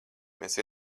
mēs